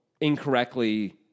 incorrectly